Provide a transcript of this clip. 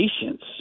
patience